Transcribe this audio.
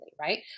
right